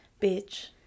bitch